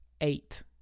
eight